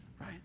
Right